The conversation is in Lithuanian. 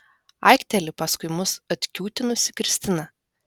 aikteli paskui mus atkiūtinusi kristina